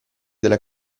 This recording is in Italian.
della